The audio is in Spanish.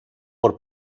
por